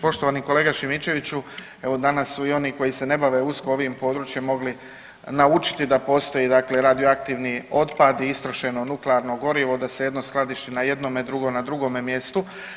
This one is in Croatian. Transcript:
Poštovani kolega Šimičeviću, evo danas su i oni koji se ne bave usko ovim područjem mogli naučiti da postoji dakle radioaktivni otpad i istrošeno nuklearno gorivo, da se jedno skladišti na jednome drugo na drugome mjestu.